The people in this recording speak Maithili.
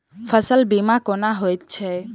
फसल बीमा कोना होइत छै?